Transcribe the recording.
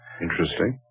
Interesting